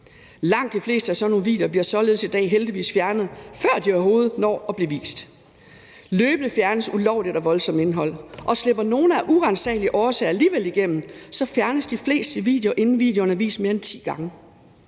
Langt de fleste af sådan nogle videoer bliver således i dag heldigvis fjernet, før de overhovedet når at blive vist. Løbende fjernes ulovligt og voldsomt indhold, og slipper nogen af uransagelige årsager alligevel igennem, fjernes de fleste videoer, inden videoen er blevet vist mere end ti gange.